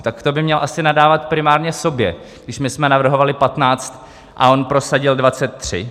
Tak to by měl asi nadávat primárně sobě, když my jsme navrhovali 15, a on prosadil 23.